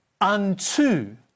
unto